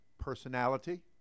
personality